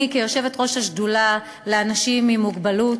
אני, כיושבת-ראש השדולה לאנשים עם מוגבלות,